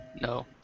No